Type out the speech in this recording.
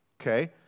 okay